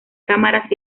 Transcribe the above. cámaras